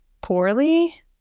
poorly